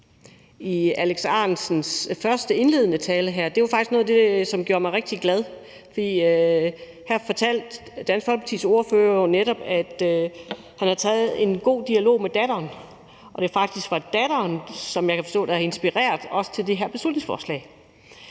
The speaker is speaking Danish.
i Alex Ahrendtsens indledende tale her, var faktisk noget, som gjorde mig rigtig glad, for her fortalte Dansk Folkepartis ordfører jo netop, at han havde taget en god dialog med datteren, og at det faktisk var datteren, som jeg kan forstå har inspireret til det her beslutningsforslag.